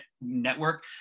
network